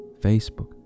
Facebook